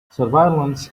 surveillance